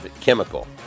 chemical